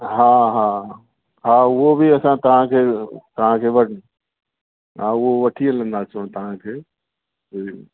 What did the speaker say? हा हा हा उहो बि असां तव्हांखे तव्हांखे वठि हा उहो वठी हलंदासीं तव्हांखे जी